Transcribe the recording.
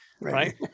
right